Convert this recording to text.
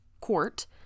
court